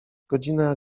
godzina